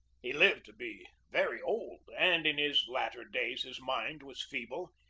he lived to be very old, and in his latter days his mind was feeble.